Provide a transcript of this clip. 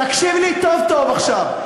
תקשיב לי טוב טוב עכשיו.